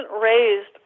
raised